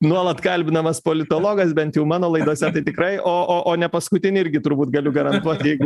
nuolat kalbinamas politologas bent jau mano laidose tai tikrai o o o nepaskutinį irgi turbūt galiu garantuoti jeigu